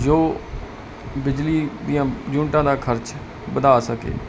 ਜੋ ਬਿਜਲੀ ਦੀਆਂ ਯੂਨਿਟਾਂ ਨਾਲ ਖਰਚ ਵਧਾ ਸਕੇ